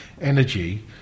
energy